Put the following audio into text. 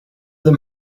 them